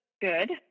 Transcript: good